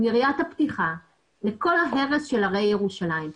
יריית הפתיחה לכל ההרס של הרי ירושלים.